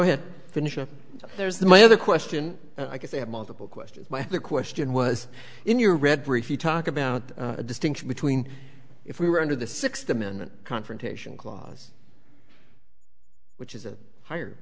to finish up there's my other question i guess i have multiple question my question was in your read brief you talk about the distinction between if we were under the sixth amendment confrontation clause which is a higher